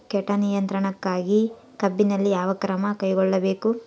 ಕೇಟ ನಿಯಂತ್ರಣಕ್ಕಾಗಿ ಕಬ್ಬಿನಲ್ಲಿ ಯಾವ ಕ್ರಮ ಕೈಗೊಳ್ಳಬೇಕು?